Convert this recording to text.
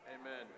Amen